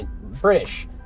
British